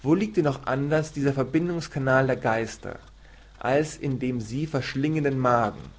wo liegt denn noch anders dieser verbindungskanal der geister als in dem sie verschlingenden magen